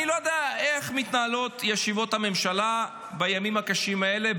אני לא יודע איך מתנהלות ישיבות הממשלה בימים הקשים האלה,